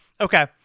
Okay